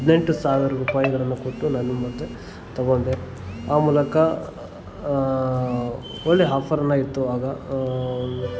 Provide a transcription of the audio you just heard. ಹದಿನೆಂಟು ಸಾವಿರ ರೂಪಾಯಿಗಳನ್ನ ಕೊಟ್ಟು ನಾನು ಮತ್ತು ತಗೊಂಡೆ ಆ ಮೂಲಕ ಒಳ್ಳೆ ಹಾಫರ್ ಇತ್ತು ಆಗ